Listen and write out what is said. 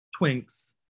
twinks